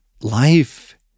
life